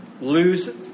lose